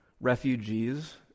refugees